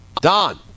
Don